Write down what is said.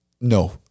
no